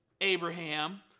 Abraham